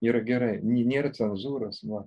yra gerai ne nėra cenzūrosva